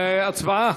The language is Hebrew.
הצבעה.